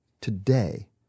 Today